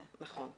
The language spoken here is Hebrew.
נכון.